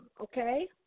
okay